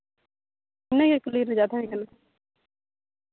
ᱤᱱᱟᱹᱜᱮ ᱠᱩᱞᱤ ᱨᱮᱱᱟᱜ ᱛᱟᱦᱮᱸᱠᱟᱱᱟ